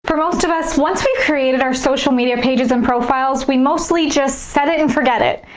for most of us, once we've created our social media pages and profiles, we mostly just set it and forget it.